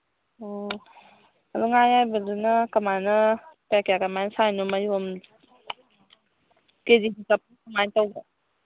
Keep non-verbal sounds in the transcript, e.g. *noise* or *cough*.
ꯑꯣ ꯑꯗꯨ ꯉꯥ ꯑꯌꯥꯏꯕꯗꯨꯅ ꯀꯃꯥꯏꯅ ꯀꯌꯥ ꯀꯌꯥ ꯀꯃꯥꯏꯅ ꯁꯥꯔꯤꯅꯣ ꯃꯌꯣꯝ ꯀꯦ ꯖꯤ *unintelligible*